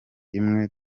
imwe